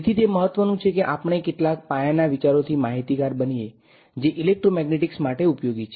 તેથી તે મહત્વનું છે કે આપણે કેટલાક પાયાના વિચારોથી માહીતીગાર બનીએ જે ઇલેક્ટ્રોમેગ્નેટિક્સ માટે ઉપયોગી છે